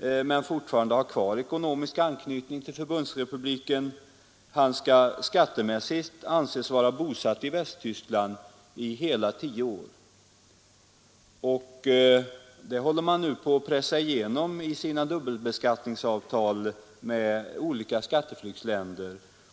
men som fortfarande har kvar ekonomisk anknytning till förbundsrepubliken, skattemässigt skall anses vara bosatt i Västtyskland i hela tio år. Det håller man nu på att pressa igenom i sina dubbelbeskattningsavtal med olika skatteflyktsländer.